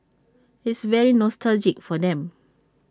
it's very nostalgic for them